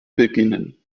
beginnen